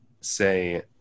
say